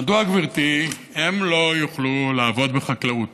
מדוע, גברתי, הם לא יוכלו לעבוד בחקלאות?